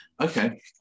Okay